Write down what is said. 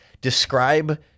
Describe